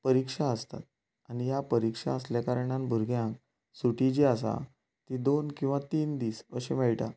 परिक्षा आसतात आनी ह्या परिक्षा आसल्या कारणान भुरग्यांक सुटी जी आसा ती दोन किंवां तीन दिस अशी मेळटा